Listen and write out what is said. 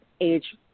age